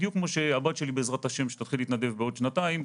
בדיוק כמו שהבת שלי שתתחיל להתנדב בעוד שנתיים,